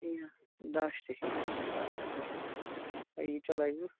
دَچھ تہِ چھِ بِلکُل دَچھ تہِ بنَن تۄہہِ یہِ تہِ لَگوٕ